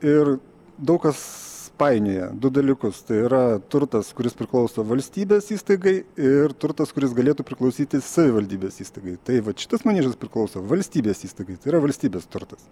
ir daug kas painioja du dalykus tai yra turtas kuris priklauso valstybės įstaigai ir turtas kuris galėtų priklausyti savivaldybės įstaigai tai vat šitas maniežas priklauso valstybės įstaigai tai yra valstybės turtas